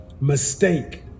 Mistake